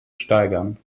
steigern